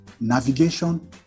navigation